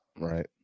Right